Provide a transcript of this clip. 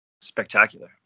spectacular